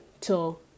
till